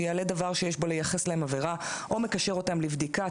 שיעלה דבר שיש פה ליחס להם עבירה או מקשר אותם לבדיקה,